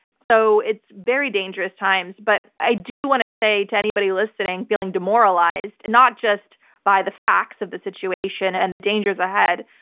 so, it's very dangerous times. but i do want to say to anybody listening, feeling demoralized, and not just by the facts of the situation and the dangers ahead,